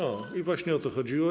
O, i właśnie o to chodziło.